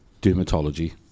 dermatology